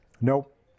Nope